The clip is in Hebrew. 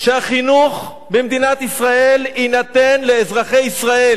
שהחינוך במדינת ישראל יינתן לאזרחי ישראל,